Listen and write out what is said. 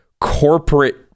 corporate